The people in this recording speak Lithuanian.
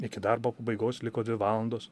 iki darbo pabaigos liko dvi valandos